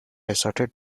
asserted